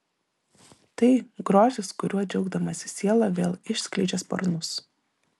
tai grožis kuriuo džiaugdamasi siela vėl išskleidžia sparnus